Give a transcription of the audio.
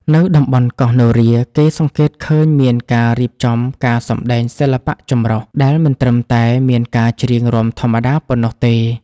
នៅតំបន់កោះនរា គេសង្កេតឃើញមានការរៀបចំការសម្តែងសិល្បៈចម្រុះ ដែលមិនត្រឹមតែមានការច្រៀងរាំធម្មតាប៉ុណ្ណោះទេ។